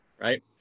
right